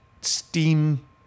steam